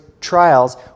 trials